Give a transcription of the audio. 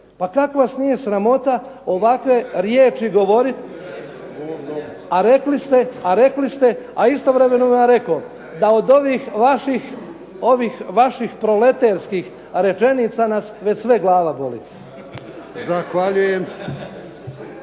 Pa kako vas nije sramota ovakve riječi govoriti, a rekli ste a istovremeno vam rekao da od ovih vaših proleterskih rečenica nas sve glava boli.